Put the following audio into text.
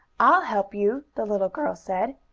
i'll help you, the little girl said.